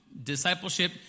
discipleship